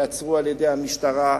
ייעצרו על-ידי המשטרה.